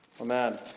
Amen